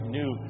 new